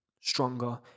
stronger